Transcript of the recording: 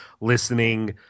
listening